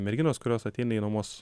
merginos kurios ateina į nuomos